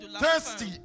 Thirsty